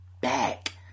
back